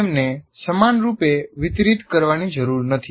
તેમને સમાનરૂપે વિતરિત કરવાની જરૂર નથી